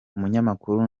umunyamakuru